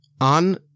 on